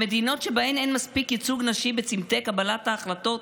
במדינות שבהן אין מספיק ייצוג נשי בצומתי קבלת ההחלטות,